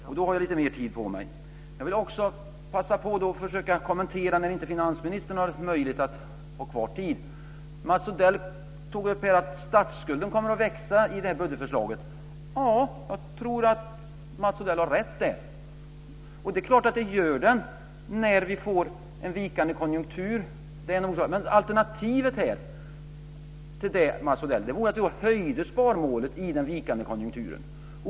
Fru talman! Jag vill också passa på att kommentera trots att finansministern inte har någon talartid kvar. Mats Odell tog upp att statsskulden kommer att växa i och med detta budgetförslag. Jag tror att Mats Odell har rätt där. Det är klart att den gör det när vi får en vikande konjunktur. Det är en orsak. Men alternativet till det, Mats Odell, var att jag höjde sparmålet i den vikande konjunkturen.